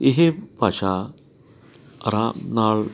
ਇਹ ਭਾਸ਼ਾ ਅਰਾਮ ਨਾਲ